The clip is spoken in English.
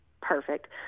Perfect